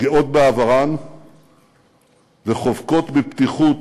גאות בעברן וחובקות בפתיחות